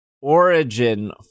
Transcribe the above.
Origin